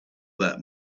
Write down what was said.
that